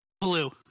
Blue